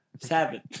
seven